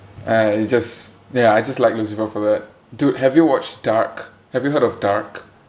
uh it just ya I just like lucifer for that dude have you watched dark have you heard of dark